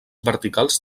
verticals